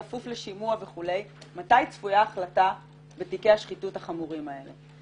בכפוף לשימוע וכו' מתי צפויה החלטה בתיקי השחיתות החמורים האלה?